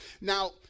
Now